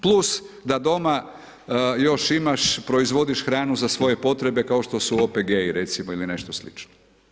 Plus da doma još imaš, proizvodiš hranu za svoje potrebe, kao što su OPG-i, recimo ili nešto slično.